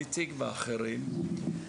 למשל,